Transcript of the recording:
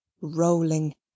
rolling